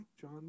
John